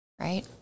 right